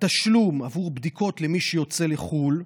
התשלום עבור בדיקות למי שיוצא לחו"ל,